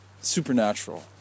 supernatural